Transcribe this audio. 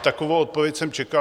Takovou odpověď jsem čekal.